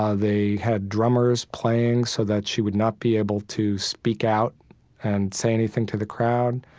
ah they had drummers playing so that she would not be able to speak out and say anything to the crowd.